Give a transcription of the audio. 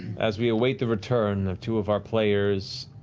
as we await the return of two of our players,